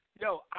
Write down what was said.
Yo